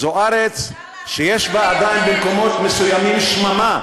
זו ארץ שעדיין יש בה, במקומות מסוימים, שממה.